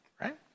right